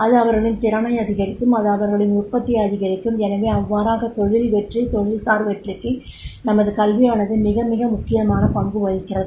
அது அவர்களின் திறனை அதிகரிக்கும் அது அவர்களின் உற்பத்தியை அதிகரிக்கும் எனவே அவ்வாறாக தொழில் வெற்றி தொழில்சார் வெற்றிக்கு நமது கல்வியானது மிக மிக முக்கியமான பங்கு வகிக்கிறது